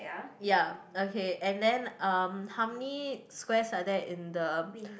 ya okay and then how many squares are there in the